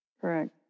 Correct